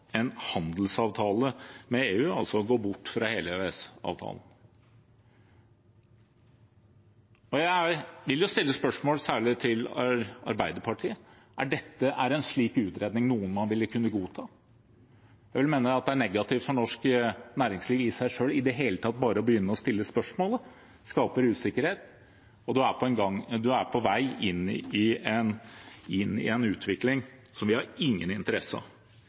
en handelsavtale med EU, altså å gå bort fra hele EØS-avtalen. Jeg vil stille et spørsmål, særlig til Arbeiderpartiet: Er en slik utredning noe man ville kunne godta? Jeg vil mene at det er negativt for norsk næringsliv i seg selv. I det hele tatt å begynne å stille spørsmålet skaper usikkerhet, og man er på vei inn i en inn i en utvikling vi ikke har noen interesse av.